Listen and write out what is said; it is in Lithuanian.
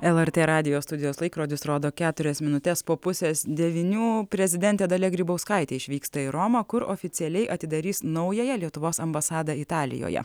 lrt radijo studijos laikrodis rodo keturias minutes po pusės devynių prezidentė dalia grybauskaitė išvyksta į romą kur oficialiai atidarys naująją lietuvos ambasadą italijoje